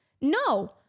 No